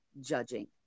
judging